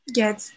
yes